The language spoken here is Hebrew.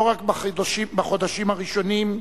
לא רק בחודשים הראשונים,